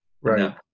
right